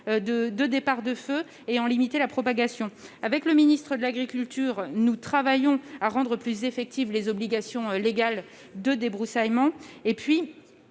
de départs de feu et limiter la propagation. Avec le ministre de l'agriculture, nous travaillons à rendre plus effectives les obligations légales de débroussaillement.